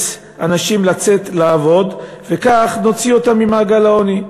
אנשים לצאת לעבוד וכך נוציא אותם ממעגל העוני.